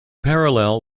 parallel